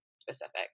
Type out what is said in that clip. specific